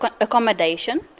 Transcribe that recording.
accommodation